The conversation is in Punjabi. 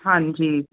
ਹਾਂਜੀ